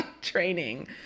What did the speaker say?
training